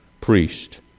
priest